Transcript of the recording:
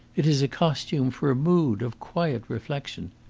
it is a costume for a mood of quiet reflection.